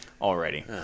already